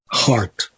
heart